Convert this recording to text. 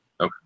Okay